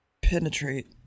penetrate